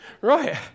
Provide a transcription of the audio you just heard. right